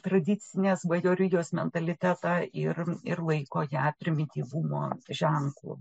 tradicinės bajorijos mentalitetą ir ir laiko ją primityvumo ženklu